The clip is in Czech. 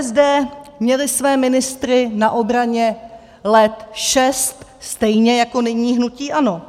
ČSSD měli své ministry na obraně let šest, stejně jako nyní hnutí ANO.